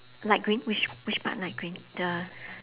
light green which which part light green the